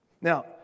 Now